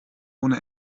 ohne